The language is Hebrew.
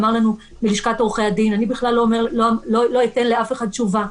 אמר לנו נציג לשכת עורכי הדין שהוא לא ייתן לאף אחד תשובה,